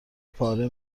پاره